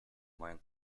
mają